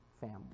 family